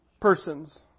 persons